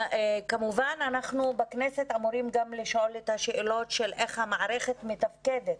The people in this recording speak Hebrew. כמובן אנחנו בכנסת אמורים גם לשאול את השאלות של איך המערכת מתפקדת